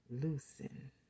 loosen